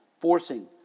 forcing